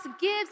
gives